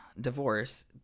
divorce